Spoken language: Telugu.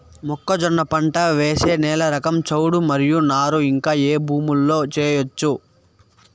మొక్కజొన్న పంట వేసే నేల రకం చౌడు మరియు నారు ఇంకా ఏ భూముల్లో చేయొచ్చు?